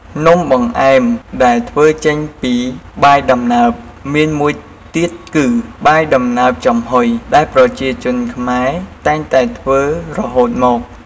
នំបង្អែមដែលធ្វើចេញពីបាយដំណើបមានមួយទៀតគឺ បាយដំណើបចំហុយ ដែលប្រជាជនខ្មែរតែងតែធ្វើរហូតមក។